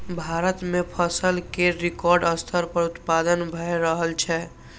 भारत मे फसल केर रिकॉर्ड स्तर पर उत्पादन भए रहल छै